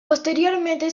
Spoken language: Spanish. posteriormente